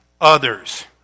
others